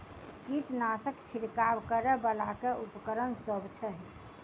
कीटनासक छिरकाब करै वला केँ उपकरण सब छै?